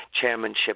chairmanship